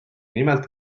nimelt